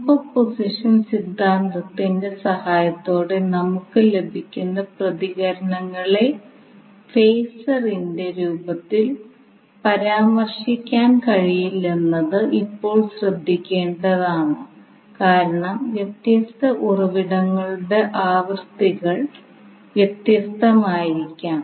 superposition സിദ്ധാന്തത്തിന്റെ സഹായത്തോടെ നമുക്ക് ലഭിക്കുന്ന പ്രതികരണങ്ങളെ ഫേസറിന്റെ രൂപത്തിൽ പരാമർശിക്കാൻ കഴിയില്ലെന്നത് ഇപ്പോൾ ശ്രദ്ധിക്കേണ്ടതാണ് കാരണം വ്യത്യസ്ത ഉറവിടങ്ങളുടെ ആവൃത്തികൾ വ്യത്യസ്തമായിരിക്കാം